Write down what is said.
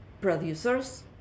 producers